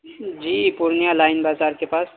جی Purnia Line بازار کے پاس